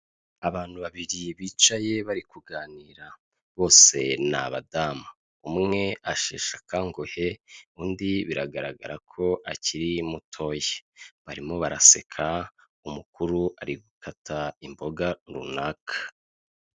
Abantu babiri bicaye bari kuganira bose ni abadamu, umwe asheshe akanguhe, undi biragaragara ko akiri mutoya, barimo baraseka umukuru ari gukata imboga runaka.